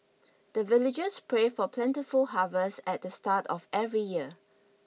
the villagers pray for plentiful harvest at the start of every year